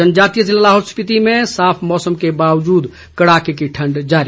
जनजातीय जिला लाहौल स्पीति में साफ मौसम के बावजूद कड़ाके की ठंड जारी